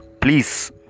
please